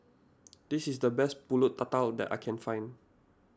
this is the best Pulut Tatal that I can find